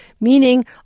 Meaning